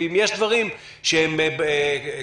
אם יש דברים שהם בעייתיים,